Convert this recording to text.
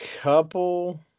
couple